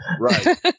Right